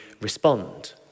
respond